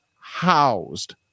housed